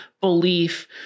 belief